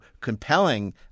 compelling